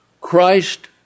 Christ